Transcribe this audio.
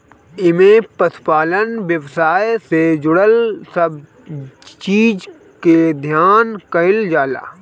एमे पशुपालन व्यवसाय से जुड़ल सब चीज के अध्ययन कईल जाला